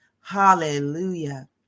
Hallelujah